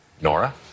Nora